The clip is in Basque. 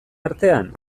artean